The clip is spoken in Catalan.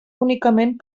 únicament